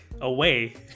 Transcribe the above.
away